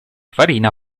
farina